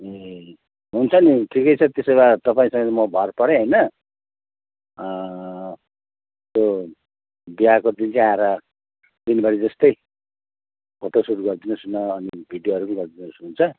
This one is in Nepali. ए हुन्छ नि ठिकै छ त्यसोभा तपाईँसँग चाहिँ म भर परेँ होइन त्यो बिहाको दिन चाहिँ आएर दिनभरि जस्तै फोटोसुट गरिदिनुहोस् न अनि भिडियोहरू पनि गरिदिनु